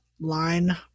line